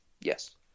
Yes